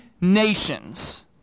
nations